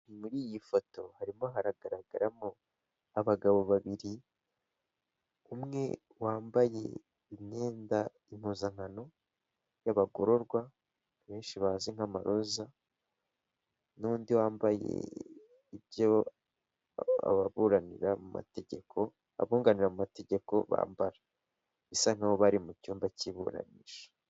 Muri iyi foto harimo hagaragaramo abagabo babiri, umwe wambaye imyenda impuzankano y'abagororwa benshi bazi nk'amaroza n'undi wambaye ibyo ababuranira mu mategeko abunganira mu mategeko bambara, bisa nkaho bari mu cyumba cy'iburanisha.